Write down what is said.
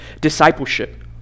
discipleship